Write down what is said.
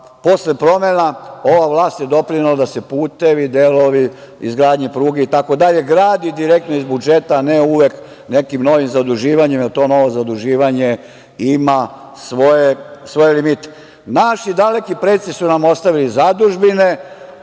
posle promena, ova vlast je doprinela da se putevi, pruge grade direktno iz budžeta, a ne uvek nekim novim zaduživanjem, jer to novo zaduživanje ima svoje limite. Naši daleki preci su nam ostavili zadužbine,